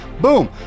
Boom